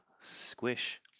squish